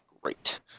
great